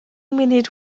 munud